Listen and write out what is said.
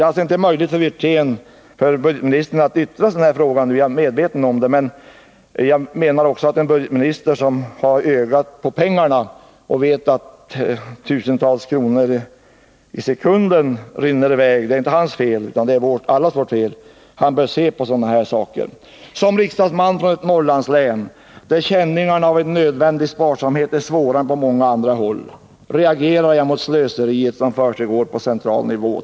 Jag är medveten om att det inte är möjligt för budgetministern att yttra sig om denna fråga. Men jag menar att budgetministern som har ögat på pengarna och vet att tusentals kronor i sekunden ”Trinner i väg” — det är inte hans fel utan allas vårt fel — bör se på sådana här saker. Som riksdagsman från ett Norrlandslän, där känningarna av en nödvändig sparsamhet är svårare än på många andra håll, reagerar jag mot det slöseri som tydligen försiggår på central nivå.